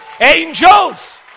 Angels